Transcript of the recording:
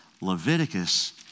Leviticus